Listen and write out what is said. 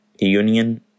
Union